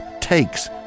takes